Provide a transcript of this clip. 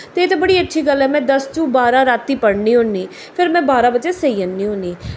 ते एह् ते बड़ी अच्छी गल्ल ऐ में दस तू बारां रातीं पढ़नी होन्नी फिर में बारां बजे सेई जन्नी होन्नी